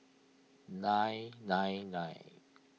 nine nine nine